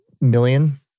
million